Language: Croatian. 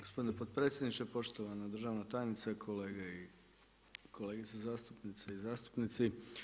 Gospodine potpredsjedniče, poštovana državna tajnice, kolegice i kolege zastupnice i zastupnici.